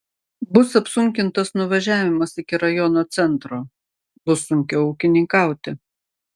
bus apsunkintas nuvažiavimas iki rajono centro bus sunkiau ūkininkauti